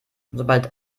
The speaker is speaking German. sobald